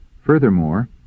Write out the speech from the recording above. Furthermore